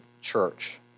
church